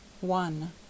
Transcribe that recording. One